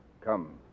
come